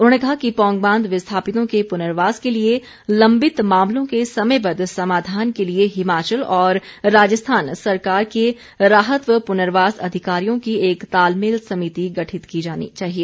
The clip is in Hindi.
उन्होंने कहा कि पौंग बांध विस्थापितों के पुनर्वास के लिए लम्बित मामलों के समयबद्ध समाधान के लिए हिमाचल और राजस्थान सरकार के राहत व पुनर्वास अधिकारियों की एक तालमेल समिति गठित की जानी चाहिए